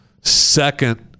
second